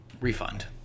refund